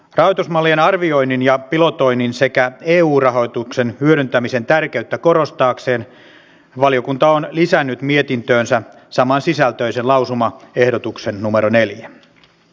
rahoitusmallien arvioinnin ja pilotoinnin sekä eu rahoituksen mutta toivottavasti ensi vuosi on lisännyt mietintöönsä samansisältöisen lausuman ehdotuksen numero neljä